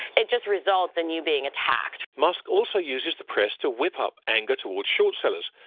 it just results in you being attacked. musk also uses the press to whip up anger toward short sellers,